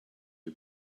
are